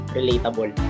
relatable